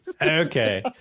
okay